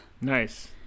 Nice